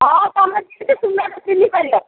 ହଁ ତୁମେ ଚିହ୍ନିପାରିଲ